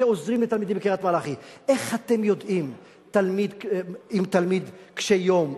שעוזרים לתלמידים בקריית-מלאכי: איך אתם יודעים אם תלמיד קשה-יום,